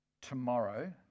tomorrow